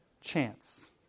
chance